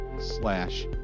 slash